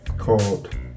called